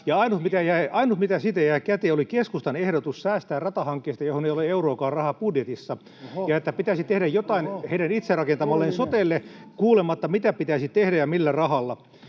ja ainut, mitä siitä jäi käteen, oli keskustan ehdotus säästää ratahankkeesta, johon ei ole euroakaan rahaa budjetissa, ja se, että pitäisi tehdä jotain heidän itse rakentamalleen sotelle, [Anne Kalmari: Olisitte kuunnelleet